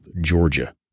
Georgia